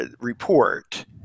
report